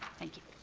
thank you.